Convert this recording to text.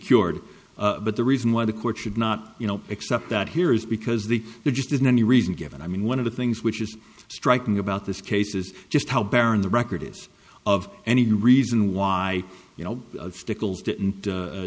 cured but the reason why the court should not you know except that here is because the there just isn't any reason given i mean one of the things which is striking about this case is just how barren the record is of any reason why you know stickles didn't